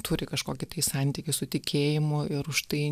turi kažkokį tai santykį su tikėjimu ir už tai